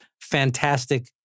fantastic